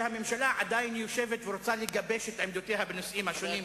שהממשלה עדיין יושבת ורוצה לגבש את עמדותיה בנושאים השונים.